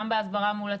גם בהסברה מול הציבור,